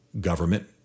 government